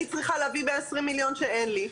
אני צריכה להגיב בעשרים מיליון שאין לי,